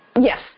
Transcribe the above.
Yes